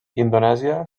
indonèsia